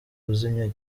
kuzimya